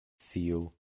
feel